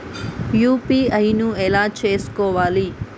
UPI ను ఎలా చేస్కోవాలి?